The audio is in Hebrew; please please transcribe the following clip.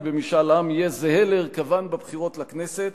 במשאל העם יהיה זהה להרכבן בבחירות לכנסת,